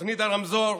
תוכנית הרמזור,